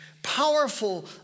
Powerful